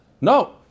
No